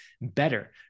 Better